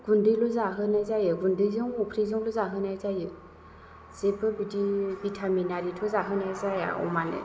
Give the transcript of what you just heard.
गुन्दैल' जाहोनाय जायो गुन्दैजों अफ्रिजोंल' जाहोनाय जायो जेबो बिदि भिटामिन आरिथ' जाहोनाय जाया अमानो